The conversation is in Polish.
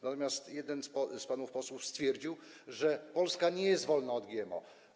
Natomiast jeden z panów posłów stwierdził, że Polska nie jest wolna od GMO.